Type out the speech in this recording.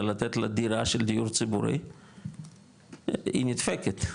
לתת לה דירה של דיור ציבורי היא נדפקת,